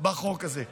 בחוק הזה.